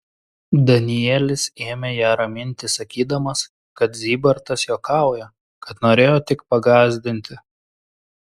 danielis ėmė ją raminti sakydamas kad zybartas juokauja kad norėjo tik pagąsdinti